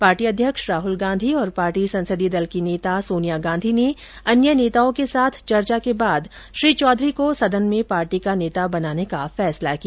party अध्यक्ष राहल गांधी और party संसदीय दल की नेता सोनिया गांधी ने अन्य नेताओं के साथ चर्चा के बाद श्री चौधरी को सदन में पार्टी का नेता बनाने का फैसला किया